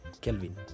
Kelvin